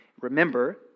Remember